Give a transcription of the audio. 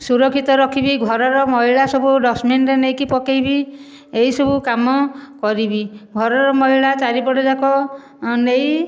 ସୁରକ୍ଷିତ ରଖିବି ଘରର ମଇଳା ସବୁ ଡଷ୍ଟବିନରେ ନେଇକି ପକେଇବି ଏହିସବୁ କାମ କରିବି ଘରର ମଇଳା ଚାରିପଟଯାକ ନେଇ